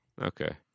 okay